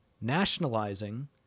nationalizing